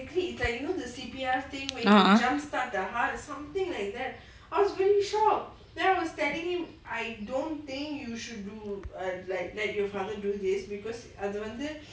a'ah